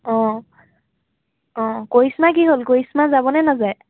অঁ অঁ কৰিশ্মাৰ কি হ'ল কৰিশ্মা যাব নে নাযায়